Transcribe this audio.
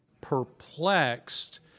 perplexed